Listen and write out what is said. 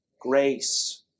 grace